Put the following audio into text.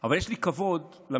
אבל יש לי כבוד למקורות,